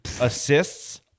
assists